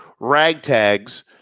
ragtags